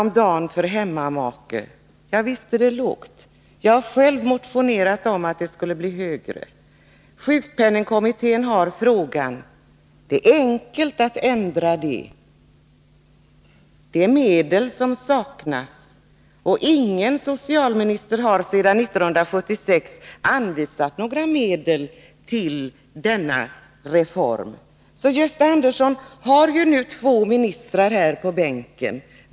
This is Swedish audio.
om dagen till hemmamake, javisst är det lågt. Jag har själv motionerat om en höjning. Sjukpenningkommittén har frågan för behandling. Det är enkelt att ändra denna sak. Det är medel som saknas. Ingen socialminister sedan 1976 har anvisat några medel till denna reform. Nu sitter två ministrar i sina bänkar.